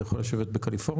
זה יכול לשבת בקליפורניה?